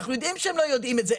אנחנו יודעים שהם לא יודעים את זה,